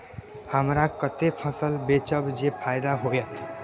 हमरा कते फसल बेचब जे फायदा होयत?